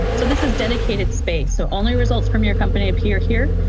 so this is dedicated space. so only results from your company appear here,